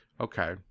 Okay